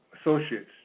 associates